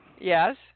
Yes